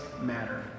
matter